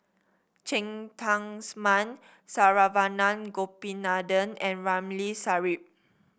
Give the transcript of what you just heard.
Cheng Tsang Man Saravanan Gopinathan and Ramli Sarip